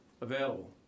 available